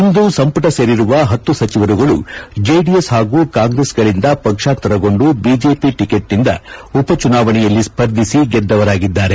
ಇಂದು ಸಂಪುಟ ಸೇರಿರುವ ಹತ್ತು ಸಚಿವರುಗಳು ಜೆಡಿಎಸ್ ಹಾಗೂ ಕಾಂಗ್ರೆಸ್ಗಳಿಂದ ಪಕ್ಷಾಂತರಗೊಂಡು ಬಿಜೆಪಿ ಟಿಕೆಟ್ನಿಂದ ಉಪಚುನಾವಣೆಯಲ್ಲಿ ಸ್ಪರ್ಧಿಸಿ ಗೆದ್ದವರಾಗಿದ್ದಾರೆ